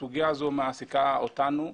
הסוגיה הזו מעסיקה אותנו.